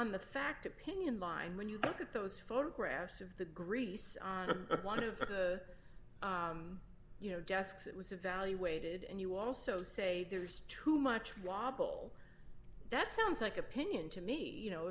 on the fact opinion line when you look at those photographs of the grease at one of the you know desks it was evaluated and you also say there's too much wobble that sounds like opinion to me you know